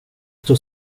stå